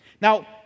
Now